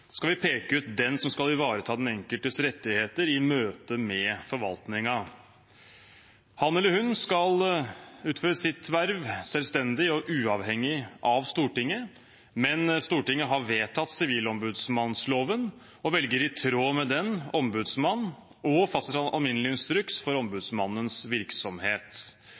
skal vi peke ut den som skal ivareta den enkeltes rettigheter i møte med forvaltningen. Han eller hun skal utføre sitt verv selvstendig og uavhengig av Stortinget, men Stortinget har vedtatt sivilombudsmannsloven og velger i tråd med den ombudsmann og fastsetter alminnelig instruks for ombudsmannens virksomhet.